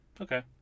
Okay